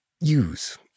use